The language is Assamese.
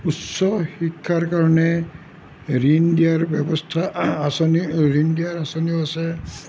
উচ্চ শিক্ষাৰ কাৰণে ঋণ দিয়াৰ ব্যৱস্থা আঁচনি ঋণ দিয়াৰ আঁচনিও আছে